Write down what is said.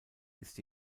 ist